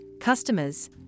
customers